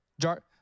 Jar